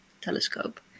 telescope